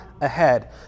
ahead